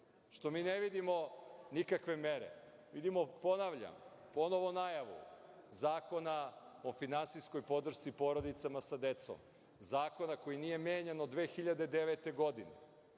što mi ne vidimo nikakve mere, vidimo, ponavljam ponovo najavu Zakona o finansijskoj podršci porodicama sa decom, zakona koji nije menjan od 2009. godine